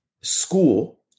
School